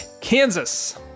Kansas